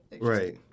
right